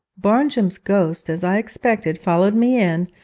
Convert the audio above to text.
barnjum's ghost, as i expected, followed me in,